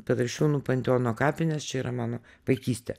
petrašiūnų panteono kapinės čia yra mano vaikystė